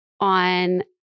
on